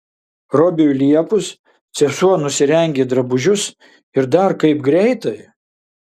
robiui liepus sesuo nusirengė drabužius ir dar kaip greitai